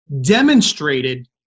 demonstrated